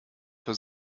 für